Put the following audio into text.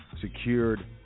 secured